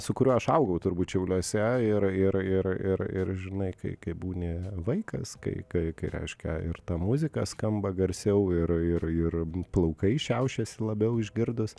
su kuriuo aš augau turbūt šiauliuose ir ir ir ir ir žinai kai kai būni vaikas kai kai kai reiškia ir ta muzika skamba garsiau ir ir ir plaukai šiaušiasi labiau išgirdus